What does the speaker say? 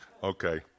Okay